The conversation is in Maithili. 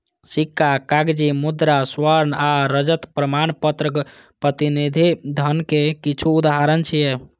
सिक्का, कागजी मुद्रा, स्वर्ण आ रजत प्रमाणपत्र प्रतिनिधि धनक किछु उदाहरण छियै